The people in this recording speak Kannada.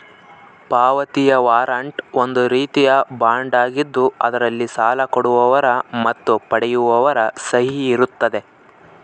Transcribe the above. ಪಾವತಿಯ ವಾರಂಟ್ ಒಂದು ರೀತಿಯ ಬಾಂಡ್ ಆಗಿದ್ದು ಅದರಲ್ಲಿ ಸಾಲ ಕೊಡುವವರ ಮತ್ತು ಪಡೆಯುವವರ ಸಹಿ ಇರುತ್ತದೆ